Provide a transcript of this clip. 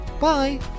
bye